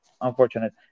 Unfortunate